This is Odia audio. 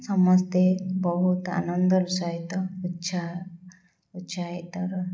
ସମସ୍ତେ ବହୁତ ଆନନ୍ଦର ସହିତ ଉତ୍ସାହ ଉତ୍ସାହିତର